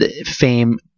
fame